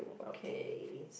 okay